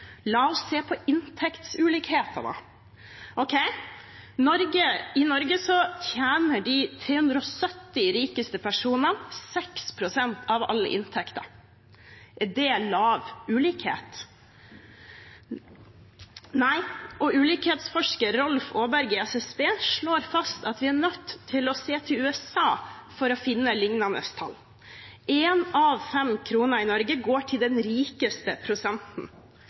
La oss se på inntektsulikheten, da. Ok, i Norge tjener de 370 rikeste personene 6 pst. av all inntekt. Er det liten ulikhet? Nei. Ulikhetsforsker Rolf Aaberge i SSB slår fast at vi er nødt til å se til USA for å finne lignende tall. Én av fem kroner i Norge går til den rikeste prosenten.